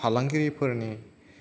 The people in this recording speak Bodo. फालांगिरिफोरनि